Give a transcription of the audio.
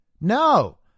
No